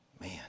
Man